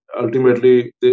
ultimately